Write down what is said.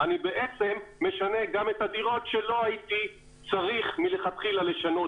אני בעצם משנה גם את הדירות שלא הייתי צריך מלכתחילה לשנות